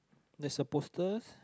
there's a posters